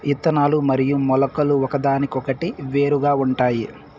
ఇత్తనాలు మరియు మొలకలు ఒకదానికొకటి వేరుగా ఉంటాయి